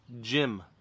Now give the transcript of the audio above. Jim